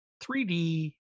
3D